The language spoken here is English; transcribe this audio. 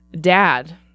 Dad